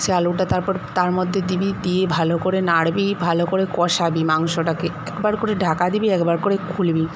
সে আলুটা তারপর তার মধ্যে দিবি দিয়ে ভালো করে নাড়বি ভালো করে কষাবি মাংসটাকে একবার করে ঢাকা দিবি একবার করে খুলবি